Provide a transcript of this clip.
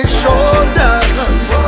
shoulders